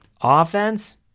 offense